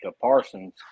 Parsons